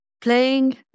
playing